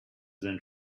than